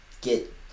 get